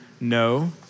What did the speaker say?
no